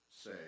say